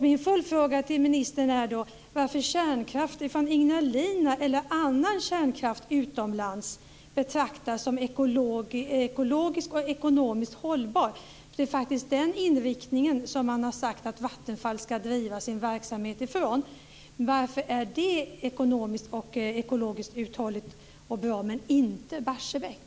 Min följdfråga till ministern är: Varför betraktas kärnkraft från Ignalina eller annan kärnkraft utomlands som ekologiskt och ekonomiskt hållbar? Det är ju den inriktningen som man har sagt att Vattenfall ska ha på sin verksamhet. Varför är detta ekonomiskt och ekologiskt uthålligt och bra, men inte Barsebäck?